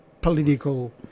political